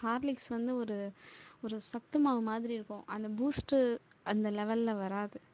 Horlicks வந்து ஒரு ஒரு சத்துமாவு மாதிரி இருக்கும் அந்த பூஸ்ட்டு அந்த லெவலில் வராது